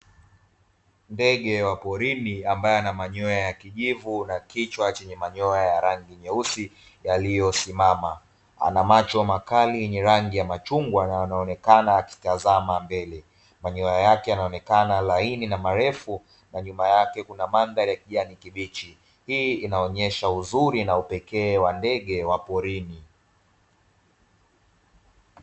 Ndege wa porini ambaye ana manyoya ya kijivu na kichwa chenye manyoya ya rangi nyeusi yaliyosimama, ana macho makali yenye rangi ya machungwa yanayoonekana yakitazama mbele. Manyoya yake yanaonekana laini na marefu, na nyuma yake kuna mandhari ya kijani kibichi. Hii inaonesha uzuri na upekee wa ndege wa porini.